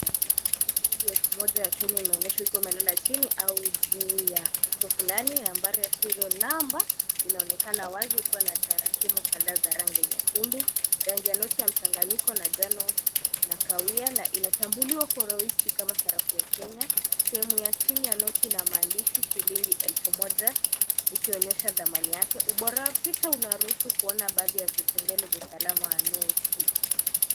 Shilingi ya elfu moja Kenya imeonyeshwa ikiwa imelala chini au juu ya uso fulani. Nambari ya Serial Number inaonekana wazi ikiwa na tarakimu kadhaa za rangi nyekundu, rangi ya noti ya mchanganyiko na njano na kahawia na inatambuliwa kwa robusti kama sarafu ya Kenya. Sehemu ya chini ya noti ina maandishi shilingi elfu moja, ikionyesha thamani yake. Ubora wa picha unaruhusu kuona baadhi ya vipengele vya usalama wa noti.